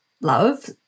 love